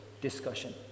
discussion